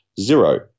zero